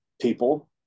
people